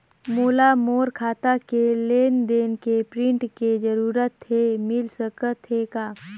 मोला मोर खाता के लेन देन के प्रिंट के जरूरत हे मिल सकत हे का?